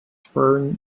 fern